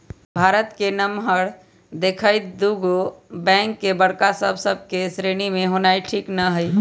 भारत के नमहर देखइते दुगो बैंक के बड़का बैंक सभ के श्रेणी में होनाइ ठीक न हइ